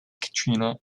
katrina